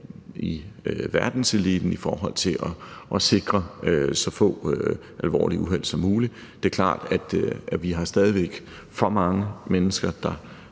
i verdenseliten i forhold til at sikre så få alvorlige uheld som muligt. Det er klart, at vi stadig væk har for mange mennesker, der